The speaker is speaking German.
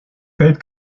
feld